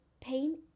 pain